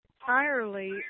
entirely